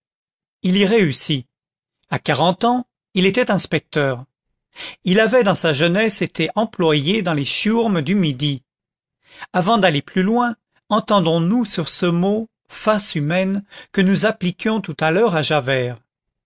il y réussit à quarante ans il était inspecteur il avait dans sa jeunesse été employé dans les chiourmes du midi avant d'aller plus loin entendons-nous sur ce mot face humaine que nous appliquions tout à l'heure à javert